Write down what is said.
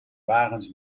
wagens